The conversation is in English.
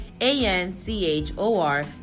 a-n-c-h-o-r